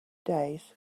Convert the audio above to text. days